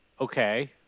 okay